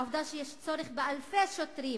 העובדה שיש צורך באלפי שוטרים